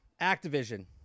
activision